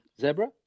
zebra